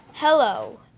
Hello